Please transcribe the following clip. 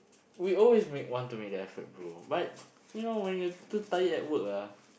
we always make want to make the effort bro but you know when you too tired at work ah